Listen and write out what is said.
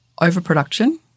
overproduction